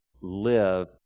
live